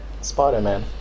Spider-Man